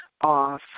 off